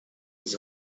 his